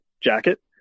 jacket